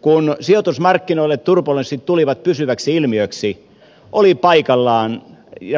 kun sijoitusmarkkinoille turbulenssit tulivat pysyväksi ilmiöksi oli paikallaan